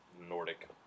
Nordic